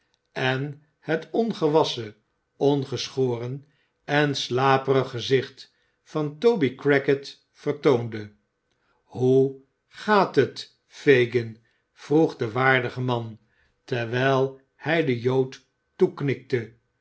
en het ongewasschen ongeschoren en slaperig gezicht van toby crackit vertoonde hoe gaat het fagin vroeg de waardige man terwijl hij den jood toeknikte